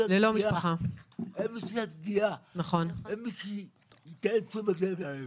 אין מי שיגיע ויטפל בהם.